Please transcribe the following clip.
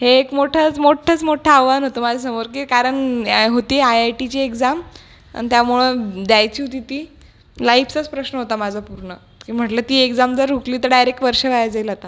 हे एक मोठंच मोठ्ठंच मोठं आव्हान होतं माझ्यासमोर की कारण याय होती आय आय टीची एक्झाम आणि त्यामुळं द्यायची होती ती लाईफचाच प्रश्न होता माझा पूर्ण मी म्हटलं ती एक्झाम जर हुकली तर डायरेक वर्ष वाया जाईल आता